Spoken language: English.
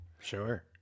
Sure